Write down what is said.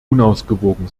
unausgewogen